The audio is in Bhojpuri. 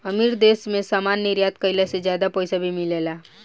अमीर देश मे सामान निर्यात कईला से ज्यादा पईसा भी मिलेला